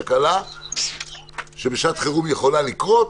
תקלה שבשעת חירום יכולה לקרות